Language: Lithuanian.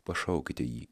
pašaukite jį